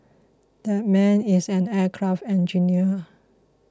that man is an aircraft engineer